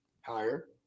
Higher